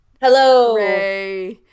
Hello